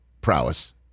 prowess